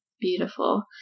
Beautiful